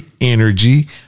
energy